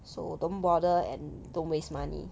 so don't bother and don't waste money